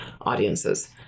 audiences